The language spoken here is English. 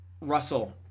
Russell